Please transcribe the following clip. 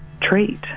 treat